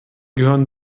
gehören